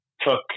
took